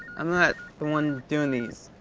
i'm not the one doing these.